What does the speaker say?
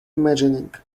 imagining